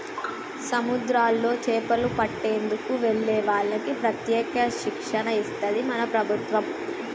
సముద్రాల్లో చేపలు పట్టేందుకు వెళ్లే వాళ్లకి ప్రత్యేక శిక్షణ ఇస్తది మన ప్రభుత్వం